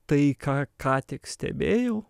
tai ką ką tik stebėjau